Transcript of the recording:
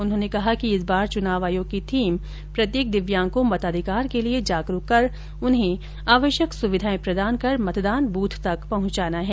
उन्होंने कहा कि इस बार चुनाव आयोग की थीम प्रत्येक दिव्यांग को मताधिकार के लिए जागरूक कर उन्हें आवश्यक सुविधाएं प्रदान कर मतदान बूथ पहुंचाने की है